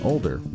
Older